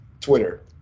Twitter